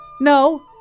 No